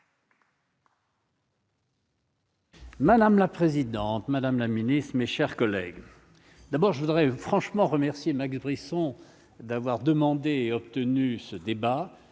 Madame la présidente, madame la ministre, mes chers collègues, d'abord je voudrais franchement remercier Max Brisson, d'avoir demandé et obtenu ce débat